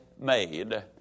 made